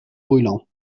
brûlant